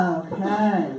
okay